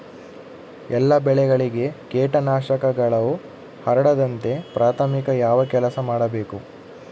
ಎಲ್ಲ ಬೆಳೆಗಳಿಗೆ ಕೇಟನಾಶಕಗಳು ಹರಡದಂತೆ ಪ್ರಾಥಮಿಕ ಯಾವ ಕೆಲಸ ಮಾಡಬೇಕು?